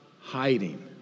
hiding